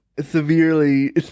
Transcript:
severely